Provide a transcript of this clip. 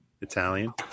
Italian